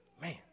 Man